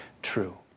true